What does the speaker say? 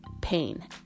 pain